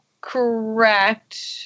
Correct